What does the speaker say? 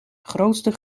grootste